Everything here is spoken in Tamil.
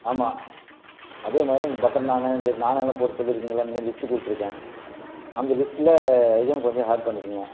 ஆமாம் அதேமாதிரி அந்த பட்டர் நானு இந்த நானெங்கள்லாம் போட்டு சொல்லியிருக்கீங்கள்ல அந்த லிஸ்ட்டு கொடுத்துருக்கேன் அந்த லிஸ்ட்டில் இதுவும் கொஞ்சம் ஆட் பண்ணிக்கங்க